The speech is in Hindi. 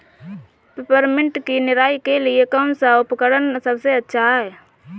पिपरमिंट की निराई के लिए कौन सा उपकरण सबसे अच्छा है?